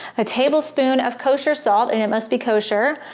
a tablespoon of kosher salt, and it must be kosher.